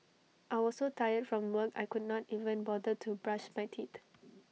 I was so tired from work I could not even bother to brush my teeth